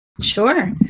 Sure